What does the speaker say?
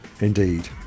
Indeed